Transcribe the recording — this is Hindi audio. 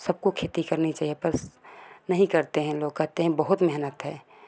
सबको खेती करनी चाहिए पर नहीं करते हैं लोग कहते हैं बहुत मेहनत है